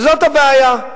וזאת הבעיה.